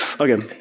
Okay